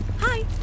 Hi